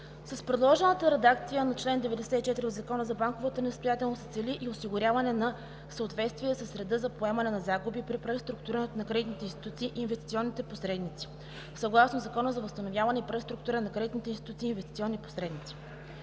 С предложената редакция на чл. 94 от Закона за банковата несъстоятелност се цели и осигуряване на съответствие с реда за поемане на загуби при преструктуриране на кредитни институции и инвестиционни посредници съгласно Закона за възстановяване и преструктуриране на кредитни институции и инвестиционни посредници.